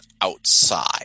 outside